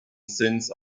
since